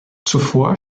zuvor